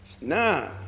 Nah